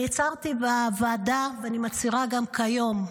אני הצהרתי בוועדה ואני מצהירה גם כיום: